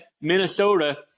Minnesota